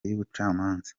y’ubucamanza